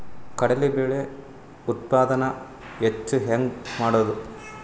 ಕಡಲಿ ಬೇಳೆ ಉತ್ಪಾದನ ಹೆಚ್ಚು ಹೆಂಗ ಮಾಡೊದು?